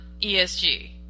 ESG